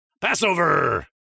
Passover